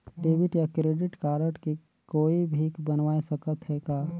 Debit या credit card के कोई भी बनवाय सकत है का?